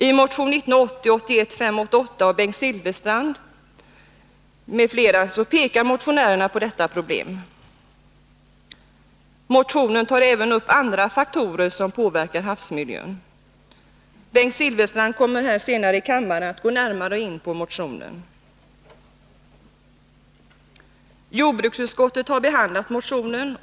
I motion 1980/81:588 av Bengt Silfverstrand m.fl. pekar motionärerna på detta problem. Motionen tar även upp andra faktorer som påverkar havsmiljön. Bengt Silfverstrand kommer senare att här i kammaren gå närmare in på motionen. Jordbruksutskottet har behandlat motionen.